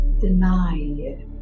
deny